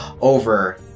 over